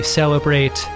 celebrate